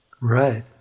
right